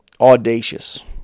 audacious